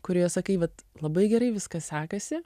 kurioje sakai vat labai gerai viskas sekasi